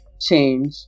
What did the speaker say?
change